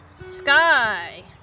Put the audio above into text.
Sky